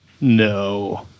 No